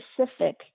specific